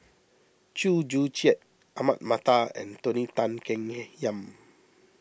Chew Joo Chiat Ahmad Mattar and Tony Tan Keng Him Yam